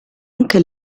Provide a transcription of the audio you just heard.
anche